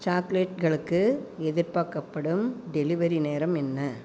சாக்லேட்களுக்கு எதிர்பார்க்கப்படும் டெலிவரி நேரம் என்ன